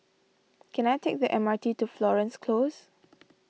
can I take the M R T to Florence Close